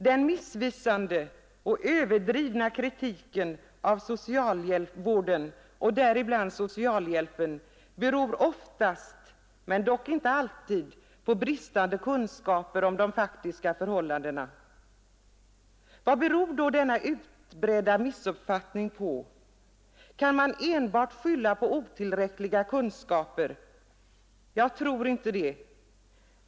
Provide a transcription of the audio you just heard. Den missvisande och överdrivna kritiken av socialvården och däribland socialhjälpen beror ofta — dock inte alltid — på bristande kunskaper om de faktiska förhållandena. Vad beror då denna utbredda missuppfattning på? Kan man enbart skylla på otillräckliga kunskaper? Jag tror inte det.